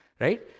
right